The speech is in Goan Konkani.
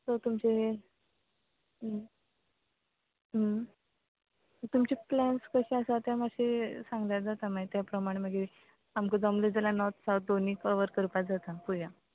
सो तुमचे तुमचे प्लॅन्स कशे आसा ते मात्शे सांगल्यार जाता मागी त्या प्रमाणे मागी आमकां जमलें जाल्या नॉर्त सावत दोनीय कवर करपा जाता पया